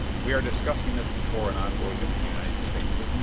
we are discussing this before an envoy of the united states,